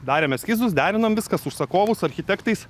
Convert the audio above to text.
darėm eskizus derinom viską su užsakovu su architektais